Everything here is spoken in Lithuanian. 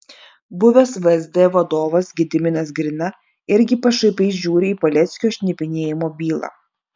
buvęs vsd vadovas gediminas grina irgi pašaipiai žiūri į paleckio šnipinėjimo bylą